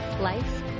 life